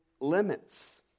limits